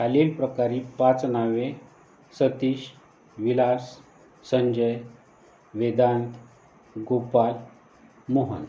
खालील प्रकारे पाच नावे सतीश विलास संजय वेदांत गोपाल मोहन